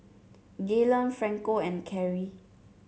Gaylon Franco and Carrie